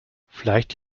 vielleicht